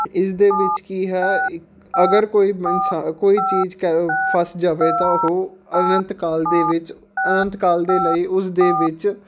ਇਸ ਦੇ ਵਿੱਚ ਕੀ ਹੈ ਇੱਕ ਅਗਰ ਕੋਈ ਮਨਸਾ ਕੋਈ ਚੀਜ਼ ਕਹਿ ਲਉ ਫਸ ਜਾਵੇ ਤਾਂ ਉਹ ਅਨੰਤ ਕਾਲ ਦੇ ਵਿੱਚ ਅਨੰਤ ਕਾਲ ਦੇ ਲਈ ਉਸਦੇ ਵਿੱਚ